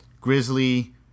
grizzly